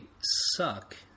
suck